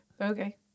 okay